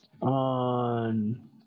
on